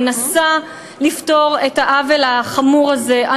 מנסה לפתור את העוול החמור הזה,